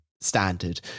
standard